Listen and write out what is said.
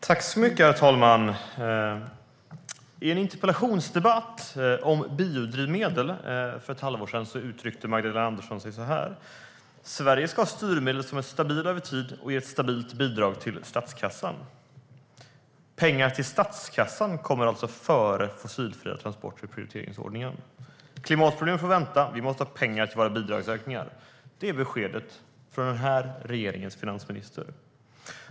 Herr talman! I en interpellationsdebatt om biodrivmedel för ett halvår sedan uttryckte Magdalena Andersson sig så här: Sverige ska ha styrmedel som är stabila över tid och ger ett stabilt bidrag till statskassan. Pengar till statskassan kommer alltså före fossilfria transporter i prioriteringsordningen. Klimatproblemen måste vänta. Vi måste ha pengar till våra bidragsökningar. Det var beskedet från den här regeringens finansminister.